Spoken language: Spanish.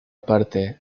parte